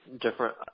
different –